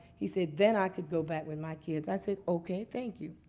he said, then i could go back with my kids. i said, ok, thank you.